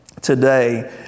Today